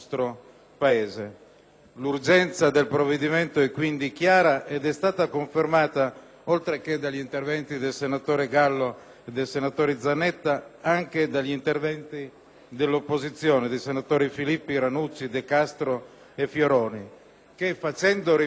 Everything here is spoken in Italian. L'urgenza del provvedimento è quindi chiara ed è stata confermata, oltre che dagli interventi dei senatori Gallo e Zanetta, anche da quelli dei senatori dell'opposizione Marco Filippi, Ranucci, De Castro e Fioroni che, facendo riferimento